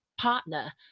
partner